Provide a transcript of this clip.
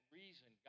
reason